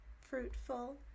fruitful